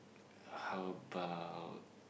how about